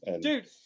Dude